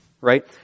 Right